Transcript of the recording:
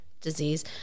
disease